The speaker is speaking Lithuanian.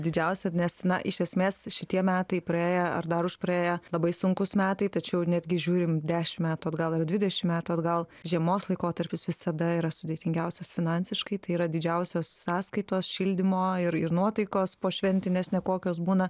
didžiausia nes na iš esmės šitie metai praėję ar dar užpraėję labai sunkūs metai tačiau netgi žiūrim dešim metų atgal ir dvidešim metų atgal žiemos laikotarpis visada yra sudėtingiausias finansiškai tai yra didžiausios sąskaitos šildymo ir ir nuotaikos pošventinės nekokios būna